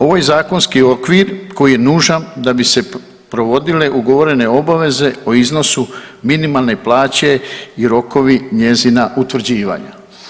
Ovaj zakonski okvir koji je nužan da bi se provodile ugovorene obaveze o iznosu minimalne plaće i rokovi njezina utvrđivanja.